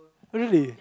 really